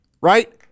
right